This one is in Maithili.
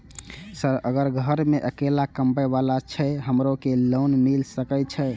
सर अगर घर में अकेला कमबे वाला छे हमरो के लोन मिल सके छे?